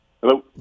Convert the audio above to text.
Hello